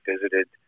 visited